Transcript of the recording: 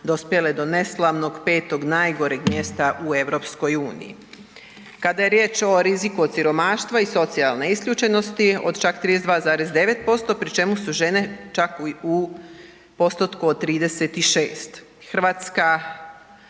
dospjele do neslavnog petog najgoreg mjesta u EU. Kada je riječ o riziku od siromaštva i socijalne isključenosti od čak 32,9% pri čemu su žene čak u postotku od 36. Hrvatska